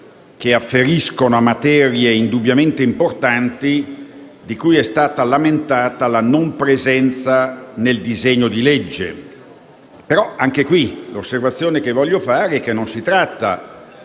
che afferiscono a materie indubbiamente importanti di cui è stata lamentata la non presenza nel disegno di legge. Ma anche qui l’osservazione che voglio fare è che non si tratta